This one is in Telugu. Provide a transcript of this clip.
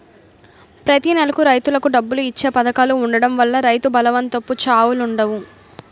ప్రతి నెలకు రైతులకు డబ్బులు ఇచ్చే పధకాలు ఉండడం వల్ల రైతు బలవంతపు చావులుండవు